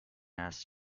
asks